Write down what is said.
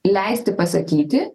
leisti pasakyti